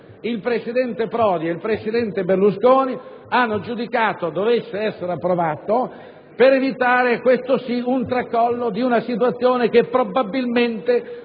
i presidenti Prodi e Berlusconi hanno giudicato dovesse essere approvato per evitare, questo sì, il tracollo di una situazione che, probabilmente,